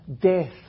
death